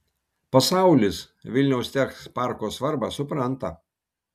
pasaulis vilniaus tech parko svarbą supranta